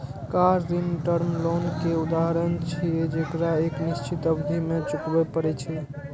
car ऋण term loan के उदाहरण छियै, जेकरा एक निश्चित अवधि मे चुकबै पड़ै छै